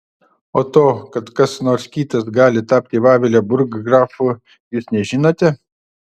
o to kad kas nors kitas gali tapti vavelio burggrafu jūs nežinote